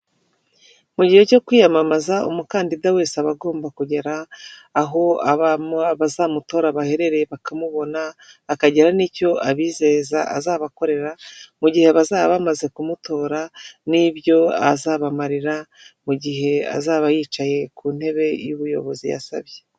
Mu gihe cyo kwiyamamaza umukandida wese aba agomba kugera aho abazamutora baherereye bakamubona, akagira n'icyo abizeza azabakorera mu gihe bazaba bamaze kumutora n'ibyo azabamarira mu gihe azaba yicaye ku ntebe y'ubuyobozi yasabye.